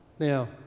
Now